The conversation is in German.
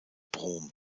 brom